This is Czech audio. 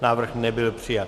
Návrh nebyl přijat.